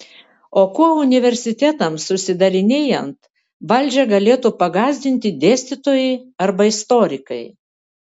o kuo universitetams užsidarinėjant valdžią galėtų pagąsdinti dėstytojai arba istorikai